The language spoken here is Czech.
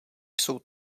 jsou